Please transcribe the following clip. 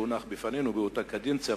שהונח לפנינו באותה קדנציה,